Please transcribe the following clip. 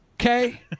Okay